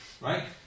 Right